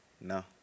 No